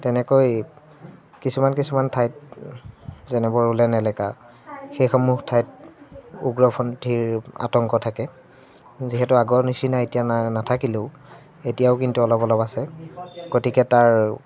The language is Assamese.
তেনেকৈ কিছুমান কিছুমান ঠাইত যেনে বড়োলেণ্ড এলেকা সেইসমূহ ঠাইত উগ্ৰপন্থীৰ আতংক থাকে যিহেতু আগৰ নিচিনা এতিয়া নাথাকিলেও এতিয়াও কিন্তু অলপ অলপ আছে গতিকে তাৰ